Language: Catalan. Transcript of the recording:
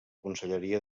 conselleria